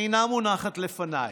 אינה מונחת לפניי,